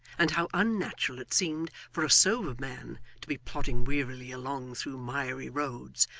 and how unnatural it seemed for a sober man to be plodding wearily along through miry roads,